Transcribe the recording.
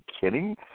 kidding